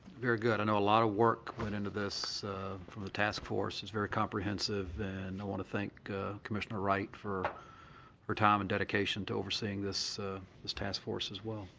very good. i know a lot of work went into this from the task force. it's very comprehensive, and i want to thank commissioner wright for her time and dedication to overseeing this this task force, as well.